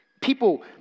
People